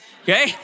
okay